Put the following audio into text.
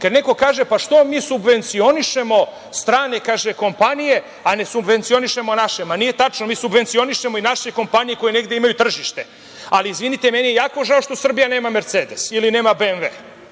neko kaže – pa, što mi subvencionišemo strane kompanije, a ne subvencionišemo naše? Ma, nije tačno. Mi subvencionišemo i naše kompanije koje negde imaju tržište. Ali, izvinite, meni je jako žao što Srbija nema „Mercedes“ ili nema „BMV“